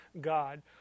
God